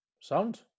Sound